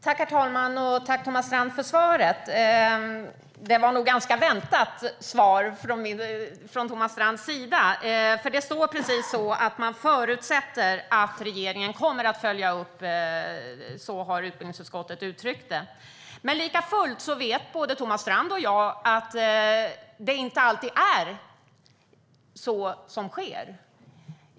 Herr talman! Tack, Thomas Strand, för svaret som nog var ganska väntat. Det står att man förutsätter att regeringen kommer att göra en uppföljning. Så har utbildningsutskottet uttryckt det. Likafullt vet både Thomas Strand och jag att det inte alltid blir så.